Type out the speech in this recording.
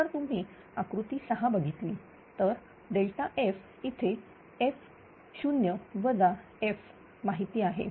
जर तुम्ही आकृती 6 बघितली तर F इथे f0 f माहिती आहे